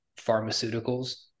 pharmaceuticals